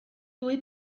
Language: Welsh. dwy